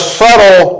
subtle